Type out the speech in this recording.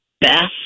best